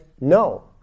no